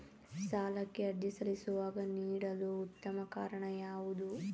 ಸಾಲಕ್ಕೆ ಅರ್ಜಿ ಸಲ್ಲಿಸುವಾಗ ನೀಡಲು ಉತ್ತಮ ಕಾರಣ ಯಾವುದು?